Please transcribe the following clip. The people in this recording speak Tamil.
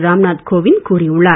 ராம் நாத் கோவிந்த் கூறியுள்ளார்